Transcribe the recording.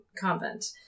convent